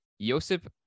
Josip